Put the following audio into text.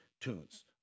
tunes